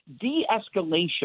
de-escalation